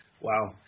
Wow